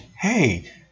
Hey